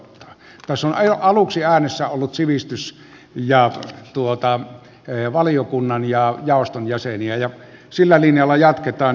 tässä on aluksi äänessä ollut sivistysvaliokunnan ja jaoston jäseniä ja sillä linjalla jatketaan